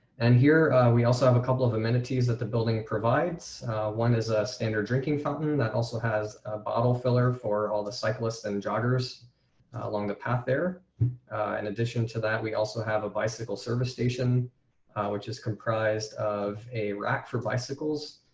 and here we also have a couple of amenities that the building provides one is ah a standard drinking fountain and that also has a bottle filler for all the cyclist and joggers along the path there. david jaubert in addition to that, we also have a bicycle service station which is comprised of a rack for bicycles,